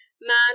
Man